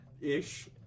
ish